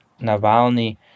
Navalny